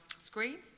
screen